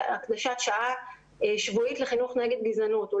הקדשת שעה שבועית לחינוך נגד גזענות.